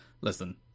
listen